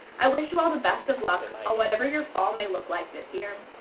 i wish you all the best of luck or whatever your fall may look like this year.